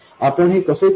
आपण हे कसे करू